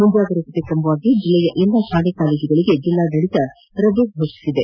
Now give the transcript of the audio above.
ಮುಂಜಾಗ್ರತಾ ಕ್ರಮವಾಗಿ ಜಿಲ್ಲೆಯ ಎಲ್ಲಾ ಶಾಲಾ ಕಾಲೇಜುಗಳಿಗೆ ಜಿಲ್ಲಾಡಳಿತ ರಜೆ ಘೋಷಣೆ ಮಾಡಿತ್ತು